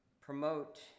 promote